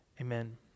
Amen